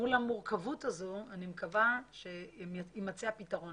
מול המורכבות הזו אני מקווה שיימצא הפתרון.